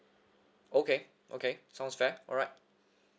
okay okay sounds fair alright